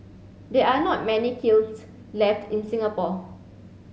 there are not many kilns left in Singapore